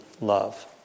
love